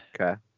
Okay